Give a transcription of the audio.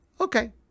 Okay